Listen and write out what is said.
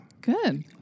Good